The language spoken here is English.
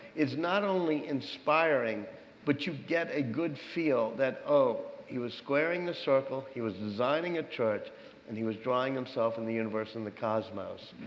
it's not only inspiring but you get a good feel that, oh, he was squaring the circle. he was designing a church and he was drawing himself in the universe, the cosmos.